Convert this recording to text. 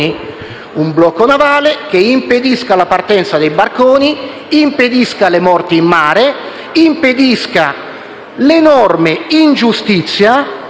un blocco navale che impedisca la partenza dei barconi, le morti in mare e l'enorme ingiustizia